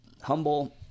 humble